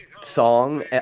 song